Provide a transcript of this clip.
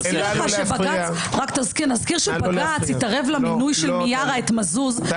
רק נזכיר שבג"צ התערב למינוי של מיארה את מזוז לא